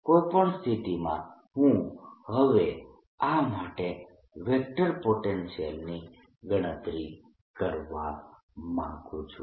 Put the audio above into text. કોઈ પણ સ્થિતિમાં હું હવે આ માટે વેક્ટર પોટેન્શિયલની ગણતરી કરવા માંગું છું